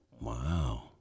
Wow